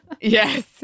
Yes